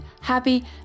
happy